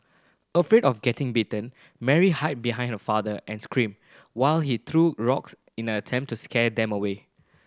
afraid of getting bitten Mary hid behind her father and screamed while he threw rocks in an attempt to scare them away